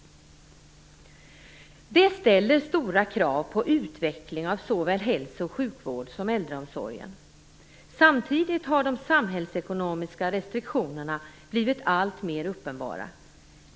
Detta ställer stora krav på utveckling av såväl hälso och sjukvård som äldreomsorgen. Samtidigt har de samhällsekonomiska restriktionerna blivit alltmer uppenbara.